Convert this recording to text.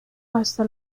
hasta